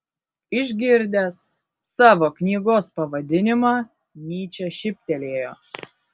išgirdęs savo knygos pavadinimą nyčė šyptelėjo